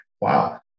wow